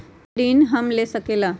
की की ऋण हम ले सकेला?